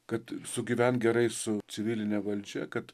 kad sugyvent gerai su civiline valdžia kad